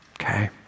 okay